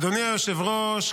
אדוני היושב-ראש,